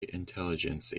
intelligence